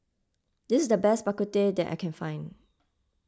this is the best Bak Kut Teh that I can find